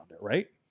right